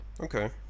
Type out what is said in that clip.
okay